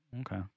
Okay